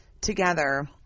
together